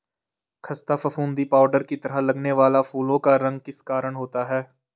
खस्ता फफूंदी पाउडर की तरह लगने वाला फूलों का रोग किस कारण होता है?